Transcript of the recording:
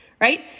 right